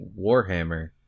Warhammer